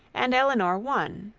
and elinor one,